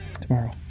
tomorrow